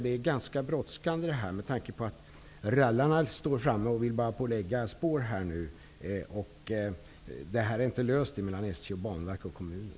Det är brådskande -- rallarna står beredda och vill börja lägga spår, och problemet är inte löst mellan SJ, Banverket och kommunen.